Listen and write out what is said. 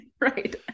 Right